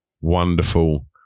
wonderful